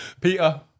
Peter